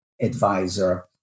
advisor